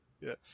Yes